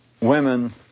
Women